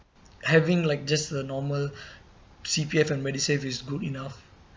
having like just a normal C_P_F and MediSave is good enough